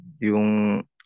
yung